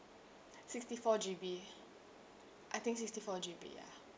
sixty four G_B I think sixty four G_B ya